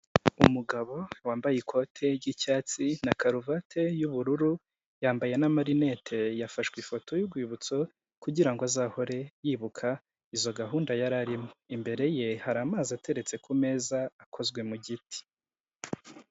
Umugabo wambaye ikote ry'icyatsi na karuvati y'ubururu yambaye n'amarinete, yafashwe ifoto y'urwibutso kugirango azahore yibuka izo gahunda yari arimo, imbere ye hari amazi ateretse ku meza akozwe mu giti.